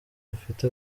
afite